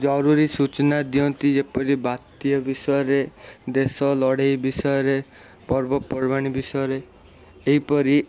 ଜରୁରୀ ସୂଚନା ଦିଅନ୍ତି ଯେପରି ବାତ୍ୟା ବିଷୟରେ ଦେଶ ଲଢ଼େଇ ବିଷୟରେ ପର୍ବପର୍ବାଣୀ ବିଷୟରେ ଏହିପରି